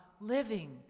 living